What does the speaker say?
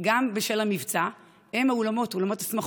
גם בגלל המבצע הוא האולמות, אולמות השמחות.